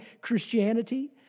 Christianity